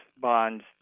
bonds